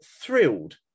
thrilled